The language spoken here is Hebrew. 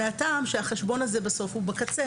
מכיוון שהחשבון הזה הוא בקצה,